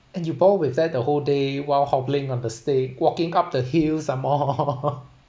and your bore with that the whole day while hobbling on the stick walking up the hills some more